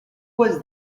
was